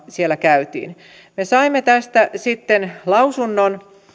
siellä käytiin me saimme tästä sitten lausunnon